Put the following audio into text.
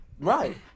Right